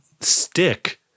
Stick